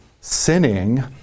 sinning